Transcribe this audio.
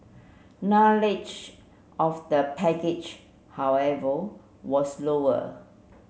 knowledge of the package however was lower